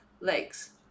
legs